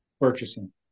Purchasing